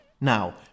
Now